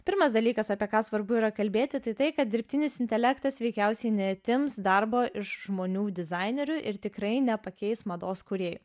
pirmas dalykas apie ką svarbu yra kalbėti tai kad dirbtinis intelektas veikiausiai neatims darbo iš žmonių dizainerių ir tikrai nepakeis mados kūrėjų